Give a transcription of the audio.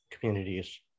communities